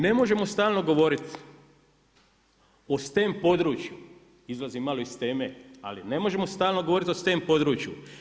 Ne možemo stalno govoriti o stand području, izlazim malo iz teme ali ne možemo stalno govoriti o stand području.